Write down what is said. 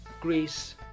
Greece